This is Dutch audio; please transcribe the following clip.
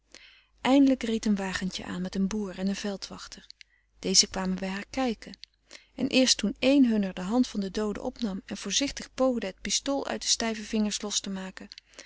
eindelijk reed een wagentje aan met een boer en een veldwachter deze kwamen bij haar kijken en eerst toen één hunner de hand van den doode opnam en voorzichtig poogde het pistool uit de stijve vingers los te maken